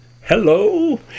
hello